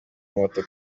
moto